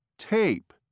Tape